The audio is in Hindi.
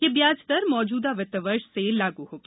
यह ब्याज दर मौजूदा वित्त वर्ष से लागू होगी